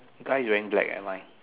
guy is wearing black at mine